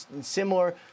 similar